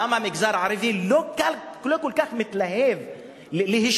למה המגזר הערבי לא כל כך מתלהב להשתתף,